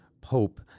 Pope